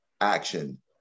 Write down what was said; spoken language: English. action